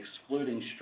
excluding